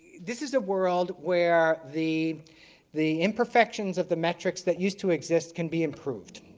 this is a world where the the imperfections of the metric that used to exist can be improved.